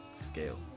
scale